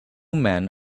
men